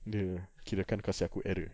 dia kirakan kasi aku error